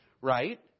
Right